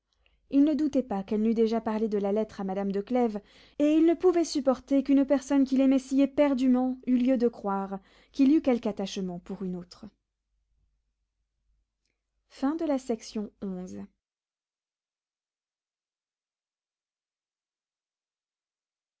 il ne doutait pas qu'elle n'eût déjà parlé de la lettre à madame de clèves et il ne pouvait supporter qu'une personne qu'il aimait si éperdument eût lieu de croire qu'il eût quelque attachement pour une autre